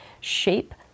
shape